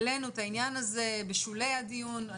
והעלינו את העניין הזה בשולי הדיון.